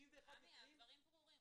91 מקרים --- עמי, הדברים ברורים.